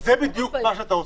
זה בדיוק מה שאתה עושה,